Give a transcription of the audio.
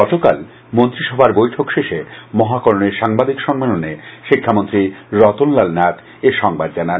গতকাল মন্ত্রিসভার বৈঠক শেষে মহাকরণে সাংবাদিক সম্মেলনে শিক্ষামন্ত্রী রতন লাল নাথ এ সংবাদ জানান